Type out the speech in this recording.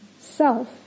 self